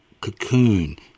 cocoon